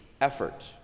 effort